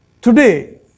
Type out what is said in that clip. Today